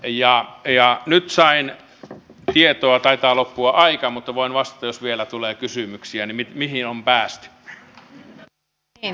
ja nyt sain tietoa taitaa loppua aika mutta voin vastata jos vielä tulee kysymyksiä että mihin on päästy